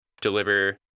deliver